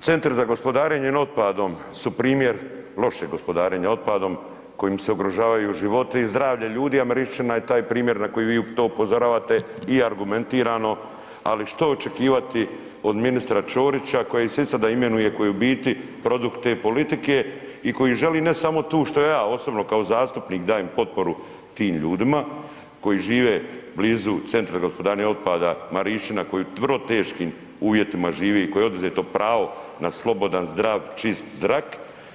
Centar za gospodarenje otpadom su primjer lošeg gospodarenja otpadom kojim se ugrožavaju životi i zdravlje ljudi, a Marišćina je taj primjer na koji vi to upozoravate i argumentirano, ali što očekivati od ministra Ćorića koji se i sada imenuje, koji je u biti produkt te politike i koji želi ne samo tu što ja osobno kao zastupnik dajem potporu tim ljudima koji žive blizu Centra za gospodarenje otpada Marišćina koji u vrlo teškim uvjetima živi i koji je oduzeto pravo na slobodan, zdrav, čist zrak.